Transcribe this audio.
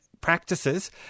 practices